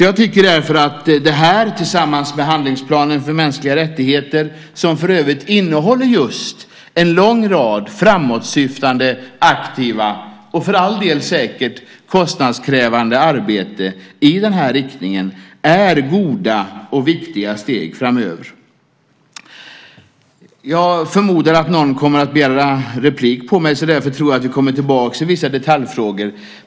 Jag tycker därför att det här tillsammans med handlingsplanen för mänskliga rättigheter, som för övrigt innehåller just en lång rad framåtsyftande, aktiva och för all del säkert kostnadskrävande förslag i den här riktningen, är goda och viktiga steg framöver. Jag förmodar att någon kommer att begära replik på mig, så därför tror jag att vi kommer tillbaka till vissa detaljfrågor.